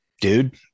dude